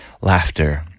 Laughter